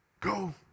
Go